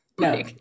no